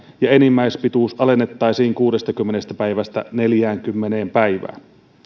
ja enimmäispituus alennettaisiin kuudestakymmenestä päivästä neljäänkymmeneen päivään